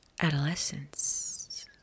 adolescence